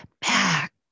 back